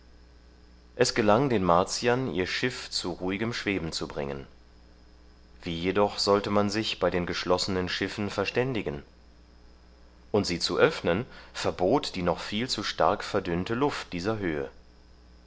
es gelang den martiern ihr schiff zu ruhigem schweben zu bringen wie jedoch sollte man sich bei den geschlossenen schiffen verständigen und sie zu öffnen verbot die noch viel zu stark verdünnte luft dieser höhe